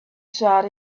sought